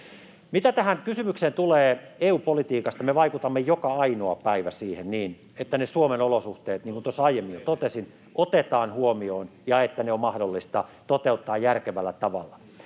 tulee tähän kysymykseen EU-politiikasta, me vaikutamme joka ainoa päivä siihen niin, että ne Suomen olosuhteet, niin kuin tuossa aiemmin jo totesin, otetaan huomioon, ja että ne asiat on mahdollista toteuttaa järkevällä tavalla.